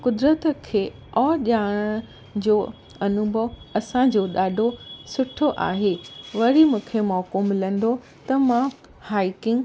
क़ुदिरत खे ओर ॼाणण जो अनुभव असांजो ॾाढो सुठो आहे वरी मूंखे मौक़ो मिलंदो त मां हाइकिंग